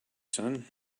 son